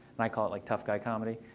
and i call it like tough guy comedy.